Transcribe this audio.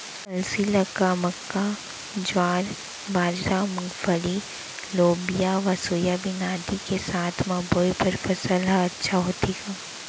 अलसी ल का मक्का, ज्वार, बाजरा, मूंगफली, लोबिया व सोयाबीन आदि के साथ म बोये बर सफल ह अच्छा होथे का?